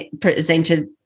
presented